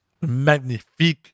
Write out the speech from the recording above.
magnifique